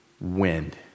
wind